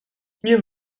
hier